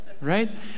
right